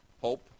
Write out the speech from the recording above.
hope